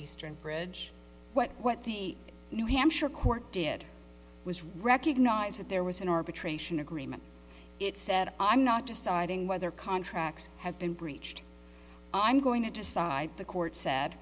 eastern bridge but what the new hampshire court did was recognize that there was an arbitration agreement it said i'm not deciding whether contracts have been breached i'm going to decide the court said